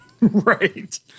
Right